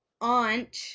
aunt